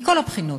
מכל הבחינות,